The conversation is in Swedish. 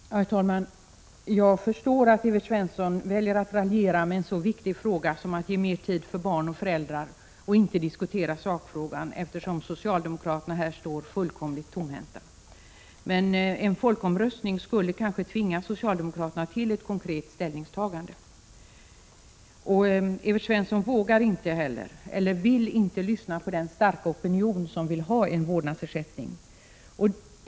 Herr talman! Jag förstår att Evert Svensson väljer att raljera med en så viktig fråga som att ge mer tid för barn och föräldrar och inte diskutera sakfrågan, eftersom socialdemokraterna här står fullkomligt tomhänta. En folkomröstning skulle kanske tvinga socialdemokraterna till ett konkret ställningstagande. Evert Svensson vågar inte eller vill inte lyssna på den starka opinion som vill ha en vårdnadsersättning.